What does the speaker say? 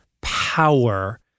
power